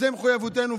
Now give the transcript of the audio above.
זאת מחויבותנו,